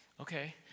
Okay